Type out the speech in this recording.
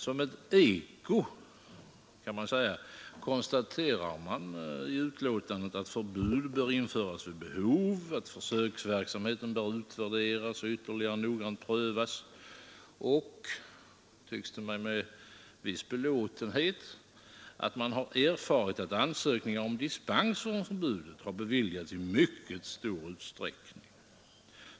Som ett eko, kan man säga, konstateras i betänkandet att förbud bör införas vid behov, att försöksverksamheten bör utvärderas och ytterligare noggrant prövas och — tycks det mig, med viss belåtenhet — att man erfarit att ansökningar om dispens om förbudet beviljas i mycket stor utsträckning.